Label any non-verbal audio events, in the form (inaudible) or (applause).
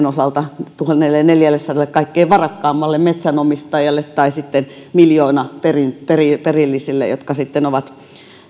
(unintelligible) osalta tuhannelleneljällesadalle kaikkein varakkaimmalle metsänomistajalle tai sitten miljoonaperillisille jotka sitten ovat